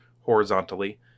horizontally